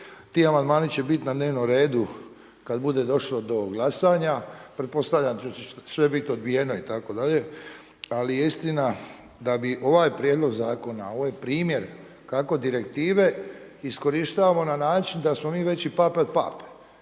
ti amandmani će biti na dnevnom redu kada bude došlo do glasanja. Pretpostavljam da će sve biti odbijeno itd. ali istina da bi ovaj Prijedlog zakona ovaj primjer kako direktive iskorištavamo na način da smo mi veći pape od Pape.